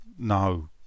No